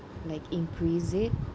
like increase it